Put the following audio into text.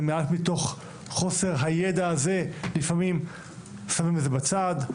ומעט מתוך חוסר הידע הזה לפעמים שמים את זה בצד,